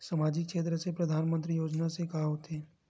सामजिक क्षेत्र से परधानमंतरी योजना से का होथे?